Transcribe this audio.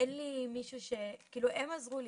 הם עזרו לי.